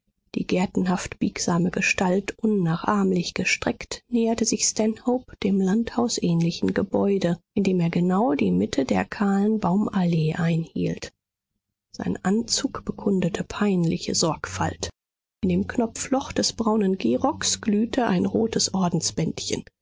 die gertenhaft biegsame gestalt unnachahmlich gestreckt näherte sich stanhope dem landhausähnlichen gebäude indem er genau die mitte der kahlen baumallee einhielt sein anzug bekundete peinliche sorgfalt in dem knopfloch des braunen gehrocks glühte ein rotes